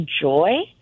joy